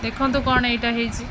ଦେଖନ୍ତୁ କ'ଣ ଏଇଟା ହେଇଛି